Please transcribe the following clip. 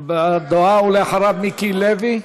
בהבעת דעה, ואחריו, מיקי לוי.